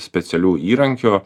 specialių įrankių